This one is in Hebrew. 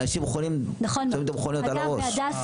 אנשים חונים כשהם שמים את המכוניות על הראש.